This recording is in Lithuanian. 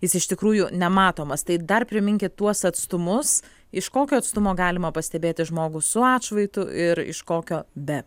jis iš tikrųjų nematomas tai dar priminkit tuos atstumus iš kokio atstumo galima pastebėti žmogų su atšvaitu ir iš kokio be